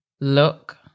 look